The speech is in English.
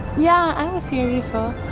yeah i was here before